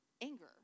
anger